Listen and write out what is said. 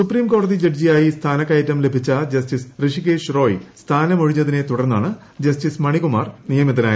supreme കോടതി ജഡ്ജിയായി സ്ഥാനക്കയറ്റം ലഭിച്ച ജസ്റ്റിസ് ഋഷികേശ് റോയി സ്ഥാനമൊഴിഞ്ഞതിനെ തുടർന്നാണ് ജസ്റ്റിസ് മണികുമാറിന്റെ നിയമനം